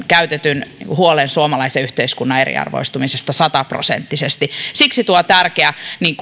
käytetyn puheenvuoron huolen suomalaisen yhteiskunnan eriarvoistumisesta sataprosenttisesti siksi tuo tärkeä